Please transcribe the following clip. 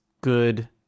good